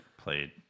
Played